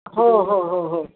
हो हो हो हो